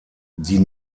die